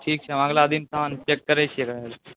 ठीक छै अगिला दिन प्लान फेर करैत छी तऽ